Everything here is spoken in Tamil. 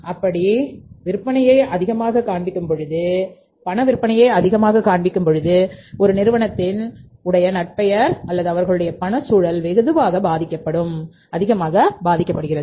அப்படி விற்பனையை அதிகமாக காண்பிக்கும் பொழுது ஒரு நிறுவனத்தின் உடைய நற்பெயர் அல்லது அவர்களுடைய பண சூழல் வெகுவாக பாதிக்கப்படுகிறது